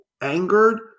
angered